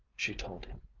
she told him.